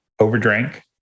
overdrank